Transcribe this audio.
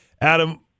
Adam